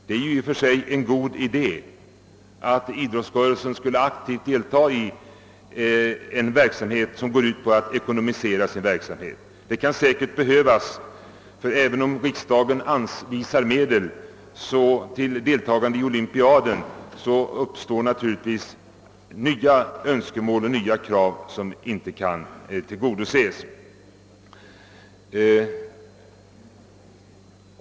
Det är ju i och för sig en god idé att idrottsrörelsen på detta sätt effektivt skulle kunna ekonomisera en del av sin verksamhet, Det kan säkert behövas; även om riksdagen anvisar medel till deltagande i olympiaden, så uppstår naturligtvis nya önskemål och nya behov som inte kan tillgodoses.